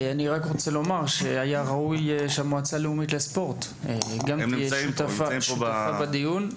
היה ראוי שהמועצה הלאומית לספורט גם תהיה שותפה בדיון.